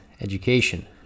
education